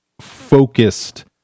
focused